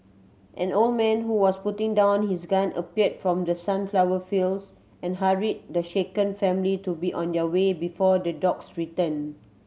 an old man who was putting down his gun appeared from the sunflower fields and hurried the shaken family to be on their way before the dogs return